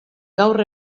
gaur